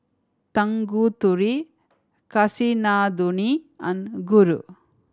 Tanguturi Kasinadhuni and Guru